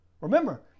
Remember